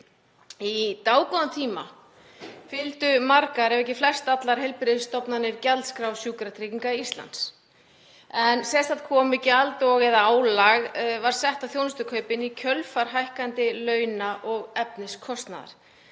Í dágóðan tíma fylgdu margar ef ekki flestallar heilbrigðisstofnanir gjaldskrá Sjúkratrygginga Íslands en sérstakt komugjald og/eða álag var sett á þjónustukaupin í kjölfar hækkandi launa og efniskostnaðar.